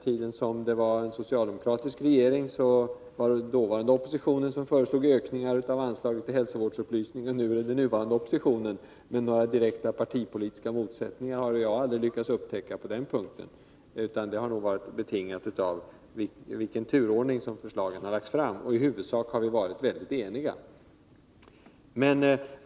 På den tid det var socialdemokratisk regering var det den dåvarande oppositionen som föreslog ökningar av anslaget till hälsovårdsupplysning, och nu är det den nuvarande som gör det. Några direkt partipolitiska motsättningar är svåra att urskilja. De delade meningarna har nog varit betingade av i vilken turordning förslagen har lagts fram. I huvudsak har vi varit väldigt eniga.